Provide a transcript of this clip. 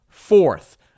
fourth